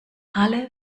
alle